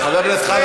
חבר הכנסת חזן,